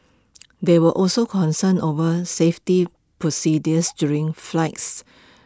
there were also concerns over safety procedures during flights